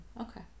Okay